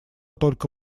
только